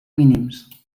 mínims